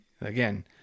again